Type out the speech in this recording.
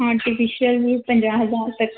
artificial ਵੀ ਪੰਜਾਹ ਹਜ਼ਾਰ ਤੱਕ